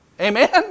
Amen